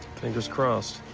fingers crossed.